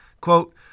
Quote